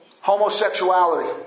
homosexuality